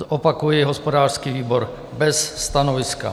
Opakuji, hospodářský výbor bez stanoviska.